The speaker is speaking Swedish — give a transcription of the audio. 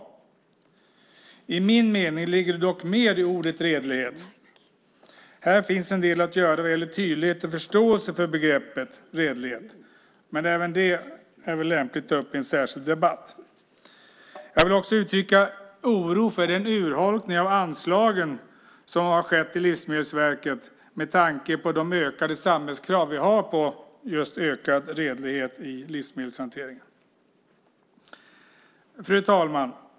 Enligt min mening ligger det dock mer i ordet redlighet. Här finns det en del att göra vad gäller tydlighet och förståelse för begreppet redlighet. Men det är väl lämpligt att ta upp i en särskild debatt. Jag vill också uttrycka oro för den urholkning av anslagen som har skett till Livsmedelsverket med tanke på de ökade samhällskrav vi har på just ökad redlighet i livsmedelshanteringen. Fru talman!